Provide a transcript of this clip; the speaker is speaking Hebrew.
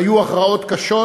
והיו הכרעות קשות,